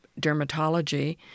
dermatology